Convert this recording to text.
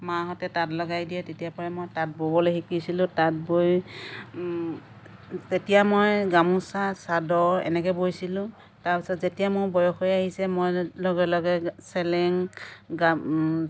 মাহঁতে তাঁত লগাই দিয়ে তেতিয়াৰ পৰাই মই তাঁত ববলৈ শিকিছিলোঁ তাঁত বৈ তেতিয়া মই গামোচা চাদৰ এনেকৈ বৈছিলোঁ তাৰ পাছত যেতিয়া মোৰ বয়স হৈ আহিছে মই লগে লগে চেলেং গা